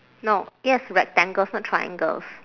no it has rectangles not triangles